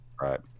Right